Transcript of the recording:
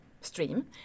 stream